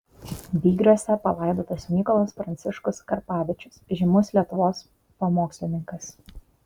vygriuose palaidotas mykolas pranciškus karpavičius žymus lietuvos pamokslininkas